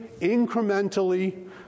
incrementally